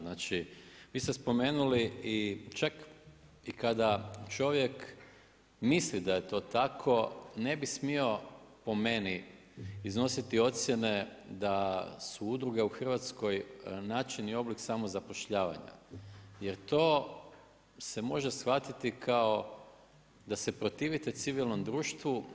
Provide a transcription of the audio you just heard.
Znači, vi ste spomenuli i čak i kada čovjek misli da je to tako ne bi smio po meni iznositi ocjene da su udruge u Hrvatskoj način i oblik samozapošljavanja, jer to se može shvatiti kao da se protivite civilnom društvu.